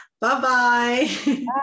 Bye-bye